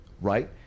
right